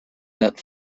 that